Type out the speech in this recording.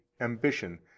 ambition